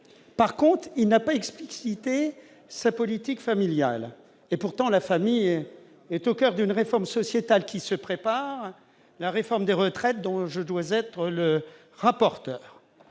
revanche, il n'a pas explicité sa politique familiale. Pourtant, la famille est au coeur d'une réforme sociétale qui se prépare : la réforme des retraites, dont je dois être le rapporteur.